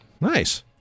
Nice